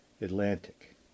Atlantic